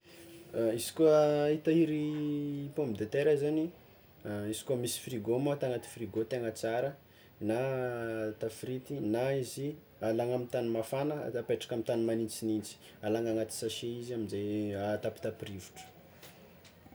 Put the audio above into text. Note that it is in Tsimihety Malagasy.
Izy koa hitahiry pomme de tera zany izy koa misy frigo ma atao agnaty frigo tegna tsara, na atao frity, na izy alagna amy tany mafana apetraka amy tany magnintsignintsy, alagna agnaty sachet izy amzay atapitapy rivotra.